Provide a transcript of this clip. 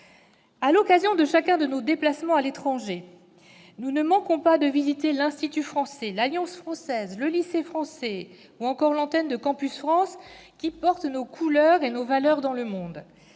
À l'occasion de chacun de nos déplacements à l'étranger, nous ne manquons pas de visiter l'Institut français, l'Alliance française, le lycée français ou l'antenne de Campus France qui portent nos couleurs et nos valeurs dans le monde.